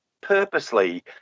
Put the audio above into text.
purposely